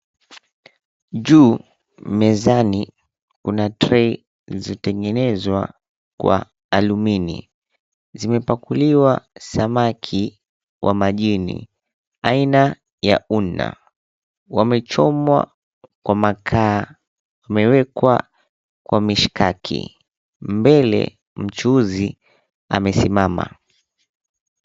Juu mezani kuna tray zilizotengenezwa kwa alumini. Zimepakuliwa samaki wa majini aina ya una. Wamechomwa kwa makaa, wamewekwa kwa mshikaki. Mbele, mchuuzi amesimama.